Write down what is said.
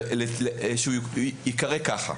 שהוא ייקרא ככה: